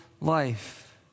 life